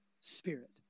spirit